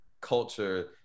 culture